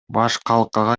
башкалкага